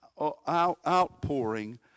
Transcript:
outpouring